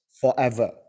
forever